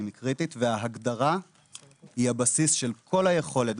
היא קריטית וההגדרה היא הבסיס של כל היכולת,